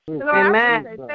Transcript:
Amen